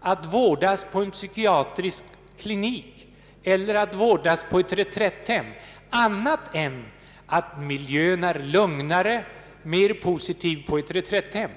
att vårdas på en psykiatrisk klinik eller på ett reträtthem annat än att miljön är lugnare och mer positiv på ett reträtthem.